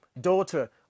daughter